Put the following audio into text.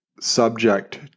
subject